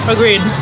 Agreed